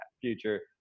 future